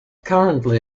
currently